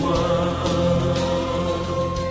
one